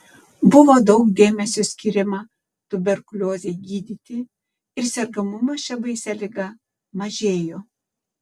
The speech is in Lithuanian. buvo daug dėmesio skiriama tuberkuliozei gydyti ir sergamumas šia baisia liga mažėjo